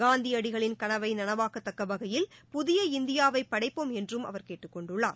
காந்தியடிகளின் களவை நளவாக்கத்தக்க வகையில் புதிய இந்தியாவை படைப்போம் என்றும் அவர் கேட்டுக் கொண்டுள்ளார்